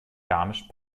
garmisch